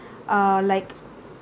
uh like